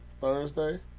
Thursday